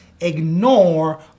ignore